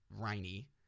rainy